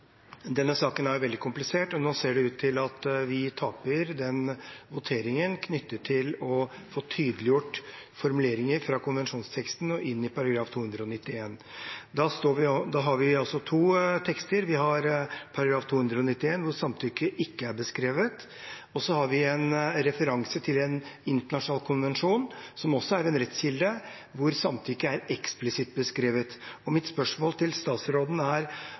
Denne saken er veldig komplisert, og nå ser det ut til at vi taper voteringen om å få tydeliggjort formuleringer fra konvensjonsteksten i § 291. Vi har altså to tekster. Vi har § 291, hvor samtykke ikke er beskrevet, og vi har en referanse til en internasjonal konvensjon, som også er en rettskilde, hvor samtykke er eksplisitt beskrevet. Mitt spørsmål til statsråden er: